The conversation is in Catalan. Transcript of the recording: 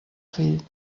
fill